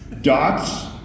dots